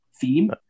theme